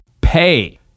pay